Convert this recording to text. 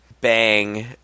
bang